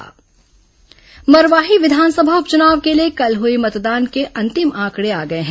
मरवाही उपचुनाव मरवाही विधानसभा उपचुनाव के लिए कल हुई मतदान के अंतिम आंकड़े आ गए हैं